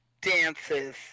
dances